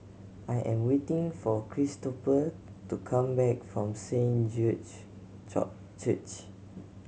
I am waiting for Christoper to come back from Saint George Church